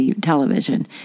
television